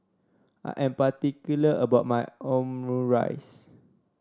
I am particular about my Omurice